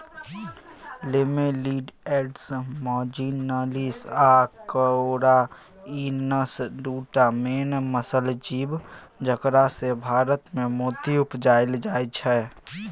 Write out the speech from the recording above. Lamellidens marginalis आ corrianus दु टा मेन मसल जीब जकरासँ भारतमे मोती उपजाएल जाइ छै